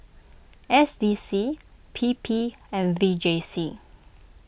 S D C P P and V J C